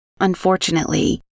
Unfortunately